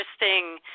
interesting